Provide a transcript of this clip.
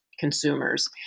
consumers